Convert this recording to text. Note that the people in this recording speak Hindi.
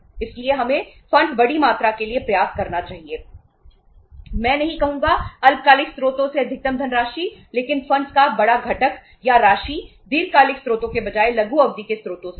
इसलिए हमें फंड्स का बड़ा घटक या राशि दीर्घकालिक स्रोतों के बजाय लघु अवधि के स्रोतों से आए